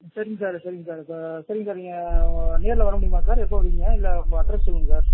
சரிங்க சார் சரிங்க சார் இப்போ சரிங்க சார் நீங்கள் நேரில் வர முடியுமா சார் எப்போ வருவீங்க இல்லை உங்கள் அட்ரஸ் சொல்லுங்கள் சார்